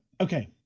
Okay